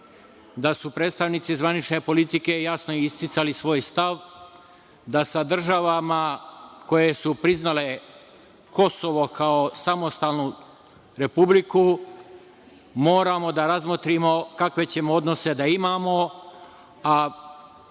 da su predstavnici zvanične politike jasno isticali svoj stav, da sa državama koje su priznale Kosovo kao samostalnu republiku, moramo da razmotrimo kakve ćemo odnose da imamo, a